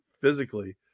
physically